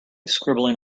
scribbling